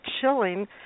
chilling